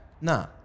No